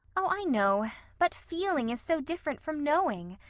oh, i know. but feeling is so different from knowing.